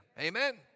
Amen